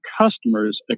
customers